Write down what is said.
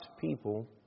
people